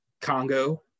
Congo